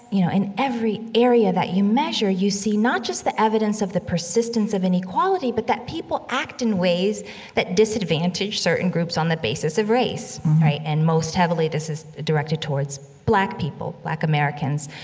you know, in every area that you measure, you see not just the evidence of the persistence of inequality, but that people act in ways that disadvantage certain groups on the basis of race mm-hmm right, and most heavily, this is directed towards black people, black americans,